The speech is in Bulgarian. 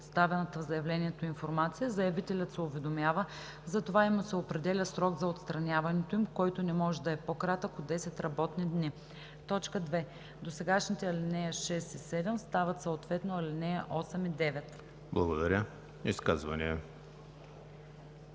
представената в заявлението информация, заявителят се уведомява за това и му се определя срок за отстраняването им, който не може да е по-кратък от 10 работни дни.“ 2. Досегашните ал. 6 и 7 стават съответно ал. 8 и 9.“